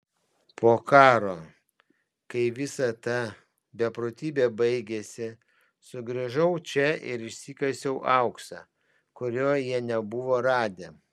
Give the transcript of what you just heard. po karo kai visa ta beprotybė baigėsi sugrįžau čia ir išsikasiau auksą kurio jie nebuvo radę